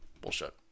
Bullshit